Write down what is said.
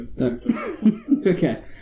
Okay